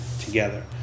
together